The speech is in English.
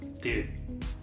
Dude